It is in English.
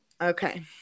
Okay